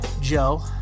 Joe